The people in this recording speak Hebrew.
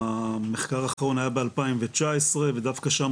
המחקר האחרון היה ב-2019 ודווקא שם